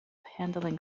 handling